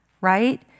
right